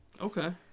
okay